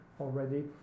already